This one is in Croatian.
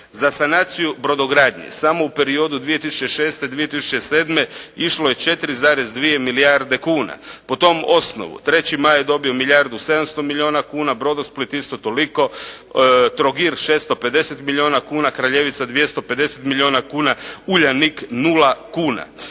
Za sanaciju brodogradnje samo u periodu 2006./2007. išlo je 4,2 milijarde kuna. Po tom osnovu, "Treći maj" je dobio milijardu 700 milijuna kuna, "Brodosplit" isto toliko, "Trogir" 650 milijuna kuna, "Kraljevica" 250 milijuna kuna, "Uljanik" 0 kuna.